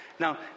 Now